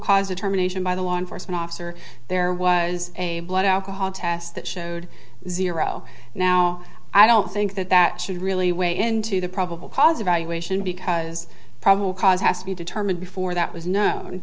cause determination by the law enforcement officer there was a blood alcohol test that showed zero now i don't think that that should really weigh into the probable cause evaluation because probable cause has to be determined before that was known